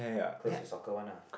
close to soccer one lah